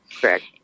Correct